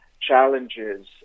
challenges